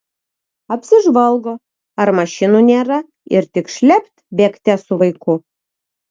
apsižvalgo ar mašinų nėra ir tik šlept bėgte su vaiku